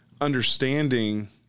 understanding